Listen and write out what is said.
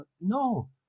No